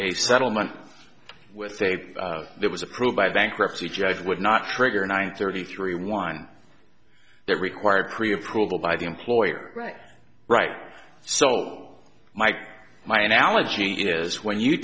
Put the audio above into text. a settlement with say that was approved by the bankruptcy judge would not trigger a nine thirty three one that required pre approval by the employer right right so mike my analogy is when you